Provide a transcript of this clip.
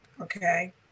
okay